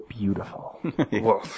beautiful